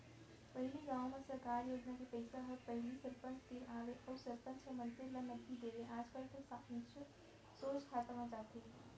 पहिली गाँव में सरकार योजना के पइसा ह पहिली सरपंच तीर आवय अउ सरपंच ह मनसे ल नगदी देवय आजकल तो सोझ खाता म जाथे